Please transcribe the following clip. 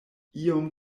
iom